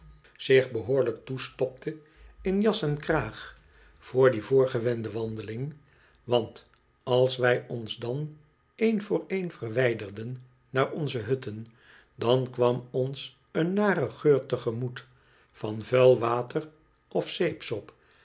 zich behoorlijk toestopte in jas en kraag voor die voorgewende wandeling want als wij ons dan een voor een verwijderden naar onze hutten dan kwara ons een nare geur te gemoet van vuil water of zeepsop